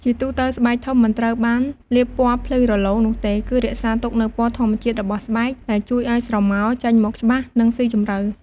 ជាទូទៅ ស្បែកធំមិនត្រូវបានលាបពណ៌ភ្លឺរលោងនោះទេ គឺរក្សាទុកនូវពណ៌ធម្មជាតិរបស់ស្បែកដែលជួយឲ្យស្រមោលចេញមកច្បាស់ និងស៊ីជម្រៅ។